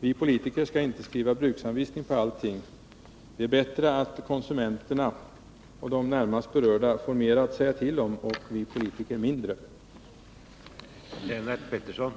Vi politiker skall inte skriva bruksanvisningar för allting. Det är bättre att konsumenterna och de som närmast berörs får mer och vi politiker mindre att säga till om.